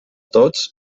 tots